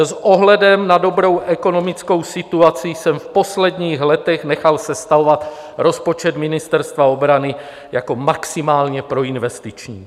S ohledem na dobrou ekonomickou situaci jsem v posledních letech nechal sestavovat rozpočet Ministerstva obrany jako maximálně proinvestiční.